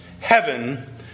Heaven